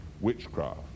witchcraft